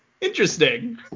interesting